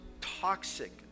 Toxic